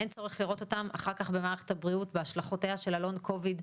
אין צורך לראות אותם אחר כך במערכת הבריאות בהשלכותיה של הלונג קוביד.